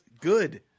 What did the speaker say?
good